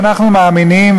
אנחנו מאמינים,